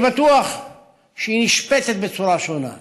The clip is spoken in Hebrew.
אני בטוח שהיא נשפטת בצורה שונה,